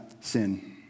sin